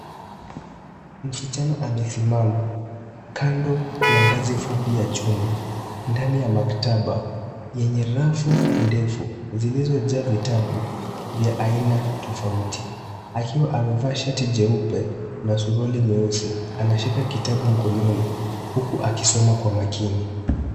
Msichana amesimama kando ya ngazi fupi ya chuma ndani ya maktaba yenye rafu ndefu zilizo jaa vitabu vya aina tofauti akiwa amevaa shati jeupe na suruali nyeusi anashika kitabu mkononi huku akisoma kwa makini.